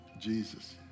Jesus